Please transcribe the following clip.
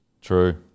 True